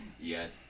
Yes